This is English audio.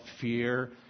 fear